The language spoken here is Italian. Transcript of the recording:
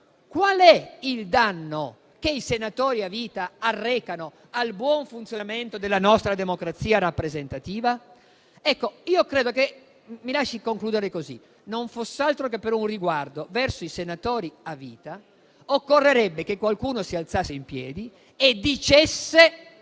Qual è il danno che i senatori a vita arrecano al buon funzionamento della nostra democrazia rappresentativa? Mi lasci concludere così, signor Presidente: non fosse altro che per un riguardo verso i senatori a vita, occorrerebbe che qualcuno si alzasse in piedi e dicesse